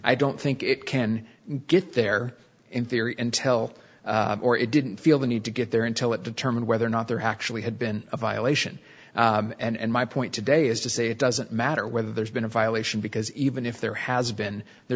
i don't think it can get there in theory until or it didn't feel the need to get there until it determined whether or not there actually had been a violation and my point today is to say it doesn't matter whether there's been a violation because even if there has been there